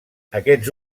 aquests